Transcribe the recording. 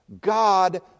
God